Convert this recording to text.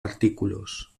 artículos